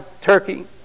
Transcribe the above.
Turkey